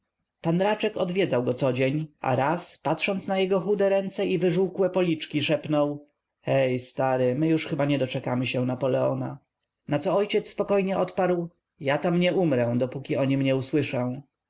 raczek odwiedzał go codzień a raz patrząc na jego chude ręce i wyżółkłe policzki szepnął hej stary już my chyba nie doczekamy się napoleona naco ojciec spokojnie odparł ja tam nie umrę dopóki o nim nie usłyszę